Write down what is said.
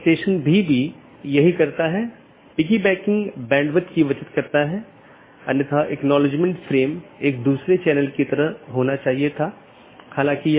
दूसरे अर्थ में यह कहने की कोशिश करता है कि अन्य EBGP राउटर को राउटिंग की जानकारी प्रदान करते समय यह क्या करता है